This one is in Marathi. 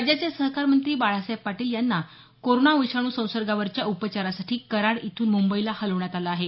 राज्याचे सहकार मंत्री बाळासाहेब पाटील यांना कोरोना विषाणू संसर्गावरच्या उपचारासाठी कराड इथून मुंबईला हलवण्यात आलं आहे